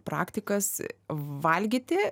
praktikas valgyti